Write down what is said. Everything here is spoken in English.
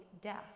death